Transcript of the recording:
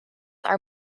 are